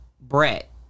Brett